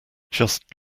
just